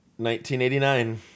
1989